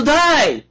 die